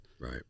Right